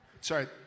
Sorry